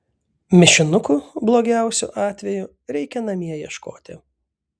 mišinukų blogiausiu atveju reikia namie ieškoti